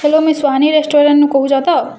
hello Suhani ସୁହାନି ରେଷ୍ଟଉରାଣ୍ଟନୁ କହୁଛେ ତ